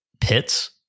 pits –